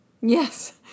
Yes